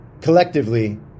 Collectively